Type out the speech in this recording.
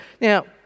Now